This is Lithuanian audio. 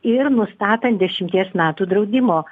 ir nustatant dešimties metų draudimo